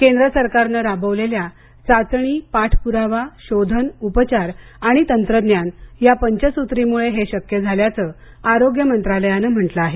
केंद्र सरकारने राबवलेल्या चाचणी पाठपुरावा शोधन उपचार आणि तंत्रज्ञान या पंचसुत्रीमुळे हे शक्य झाल्याचं आरोग्य मंत्रालयानं म्हंटल आहे